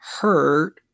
hurt